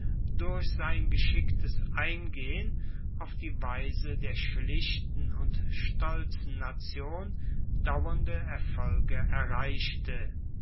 durch sein geschicktes eingehen auf die weise der schlichten und stolzen nation dauernde erfolge erreichte